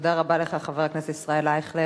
תודה רבה לך, חבר הכנסת ישראל אייכלר.